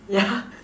ya